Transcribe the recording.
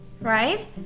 Right